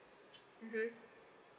mmhmm